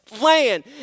land